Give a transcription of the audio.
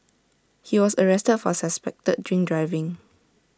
he was arrested for suspected drink driving